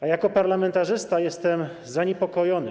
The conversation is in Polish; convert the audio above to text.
A jako parlamentarzysta jestem tym zaniepokojony.